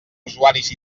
usuaris